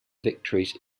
victories